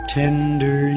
tender